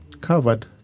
covered